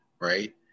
right